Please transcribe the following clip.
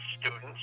students